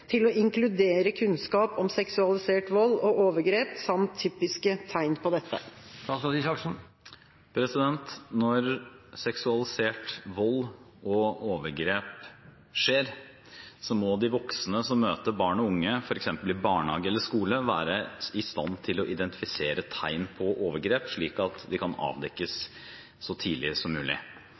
til å inkludere kunnskap om seksualisert vold og overgrep samt typiske tegn på dette?» Når seksualisert vold og overgrep skjer, må de voksne som møter barn og unge f.eks. i barnehage eller skole, være i stand til å identifisere tegn på overgrep, slik at de kan avdekkes så tidlig som mulig.